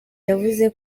yavuze